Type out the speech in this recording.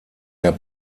der